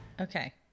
Okay